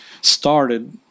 started